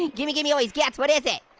and gimme, gimme, all these gifts. what is it?